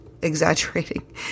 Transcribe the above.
Exaggerating